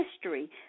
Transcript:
history